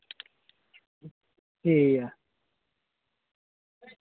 ठीक ऐ